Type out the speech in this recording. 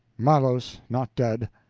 malos not dead,